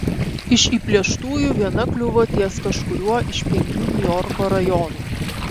iš įplėštųjų viena kliuvo ties kažkuriuo iš penkių niujorko rajonų